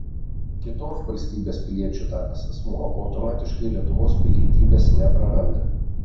kitos valstybės piliečiu tapęs asmuo automatiškai lietuvos pilietybės nepraranda